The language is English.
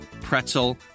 pretzel